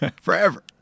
forever